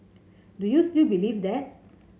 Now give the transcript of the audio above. do you still believe that